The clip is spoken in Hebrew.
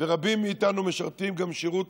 ורבים מאיתנו משרתים גם שירות